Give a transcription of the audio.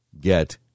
get